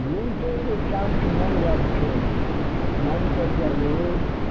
जीतैके chance नहि रखथिन मानिके चलू